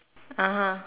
(uh huh)